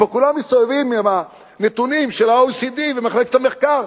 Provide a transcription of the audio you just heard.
פה כולם מסתובבים עם הנתונים של ה-OECD ומחלקת המחקר.